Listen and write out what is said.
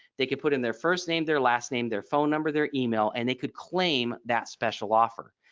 they could put in their first name their last name their phone number their email and they could claim that special offer.